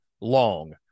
long